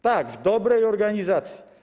Tak, w dobrej organizacji.